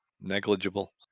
Negligible